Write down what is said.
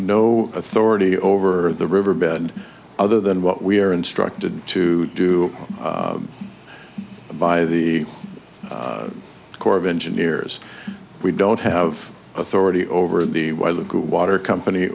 no authority over the riverbed other than what we are instructed to do by the corps of engineers we don't have authority over the weather good water company